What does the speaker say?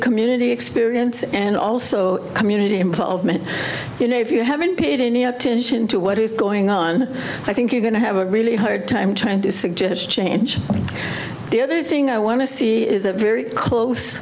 community experience and also community involvement you know if you haven't paid any attention to what is going on i think you're going to have a really hard time trying to suggest change the other thing i want to see is a very close